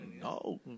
no